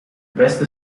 beste